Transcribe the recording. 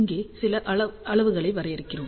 இங்கே சில அளவுகளை வரையறுக்கிறோம்